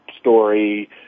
story